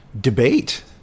debate